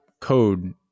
code